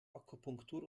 akupunktur